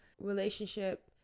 relationship